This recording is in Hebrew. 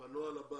בנוהל הבא